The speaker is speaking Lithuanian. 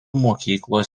mokyklos